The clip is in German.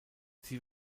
sie